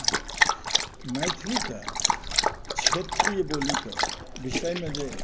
मैथिलीके क्षेत्रीय बोलीके विषयमे जे